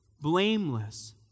blameless